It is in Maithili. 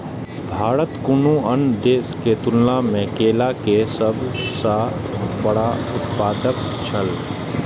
भारत कुनू अन्य देश के तुलना में केला के सब सॉ बड़ा उत्पादक छला